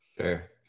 Sure